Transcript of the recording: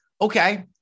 Okay